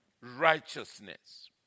Righteousness